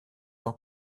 tant